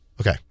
Okay